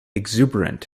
exuberant